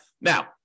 Now